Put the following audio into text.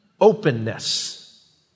openness